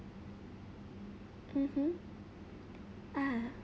mmhmm ah